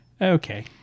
Okay